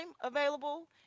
available